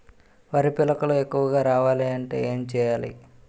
వరిలో పిలకలు ఎక్కువుగా రావాలి అంటే ఏంటి చేయాలి?